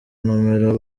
nomero